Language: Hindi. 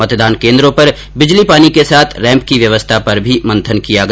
मतदान केन्द्रों पर बिजली पानी के साथ रैम्प की व्यवस्था पर भी मंथन किया गया